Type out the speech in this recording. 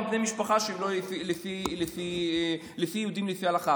עם בני משפחה שהם לא יהודים לפי ההלכה.